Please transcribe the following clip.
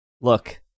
Look